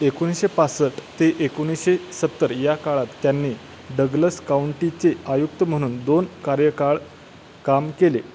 एकोणीसशे पासष्ट ते एकोणीसशे सत्तर या काळात त्यांनी डग्लस काउंटीचे आयुक्त म्हणून दोन कार्यकाळ काम केले